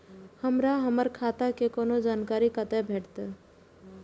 हमरा हमर खाता के कोनो जानकारी कते भेटतै